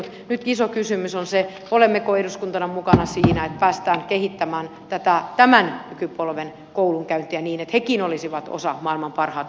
nyt iso kysymys on se olemmeko eduskuntana mukana siinä että päästään kehittämään tätä tämän nykypolven koulunkäyntiä niin että hekin olisivat osa maailman parhainta kansaa